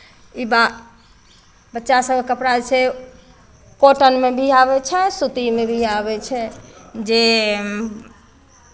ई बात बच्चा सभके कपड़ा जे छै कॉटनमे भी आबै छै सूतीमे भी आबै छै जे